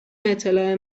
اطلاع